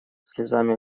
слезами